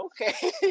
okay